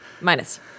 Minus